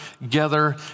together